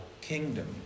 kingdom